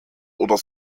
oder